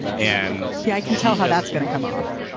and she i can tell how that's gonna come off.